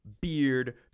beard